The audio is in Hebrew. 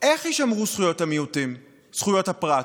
איך יישמרו זכויות המיעוטים, זכויות הפרט?